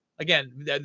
Again